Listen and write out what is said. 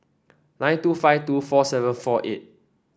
nine two five two four seven four eight